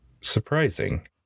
surprising